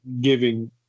giving